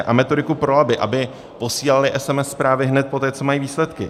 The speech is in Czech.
A metodiku pro laby, aby posílaly SMS zprávy hned poté, co mají výsledky.